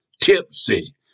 tipsy